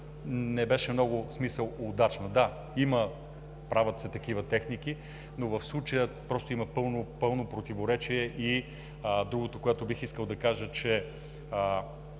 не беше много удачно. Да, има, правят се такива техники, но в случая просто има пълно противоречие. Другото, което бих искал да кажа, че